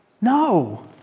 No